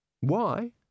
Why